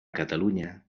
catalunya